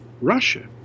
Russia